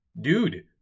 Dude